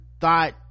thought